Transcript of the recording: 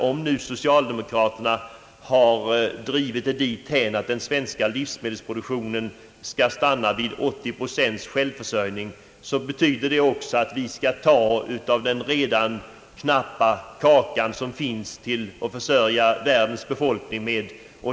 Om nu socialdemokraterna har drivit det dithän, att den svenska livsmedelsproduktionen skall stanna vid 80 procents självförsörjning, så betyder det också att vi skall ta av den redan knappa kaka som finns för att försörja världens befolkning.